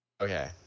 Okay